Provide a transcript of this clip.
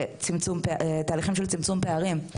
תהליכים של צמצום פערים,